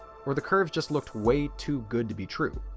or the curves just looked way too good to be true.